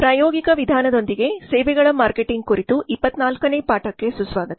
ಪ್ರಾಯೋಗಿಕ ವಿಧಾನದೊಂದಿಗೆ ಸೇವೆಗಳ ಮಾರ್ಕೆಟಿಂಗ್ ಕುರಿತು 24 ನೇ ಪಾಠಕ್ಕೆ ಸುಸ್ವಾಗತ